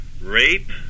rape